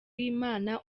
y’imana